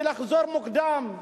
ולחזור מוקדם,